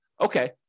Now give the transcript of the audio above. okay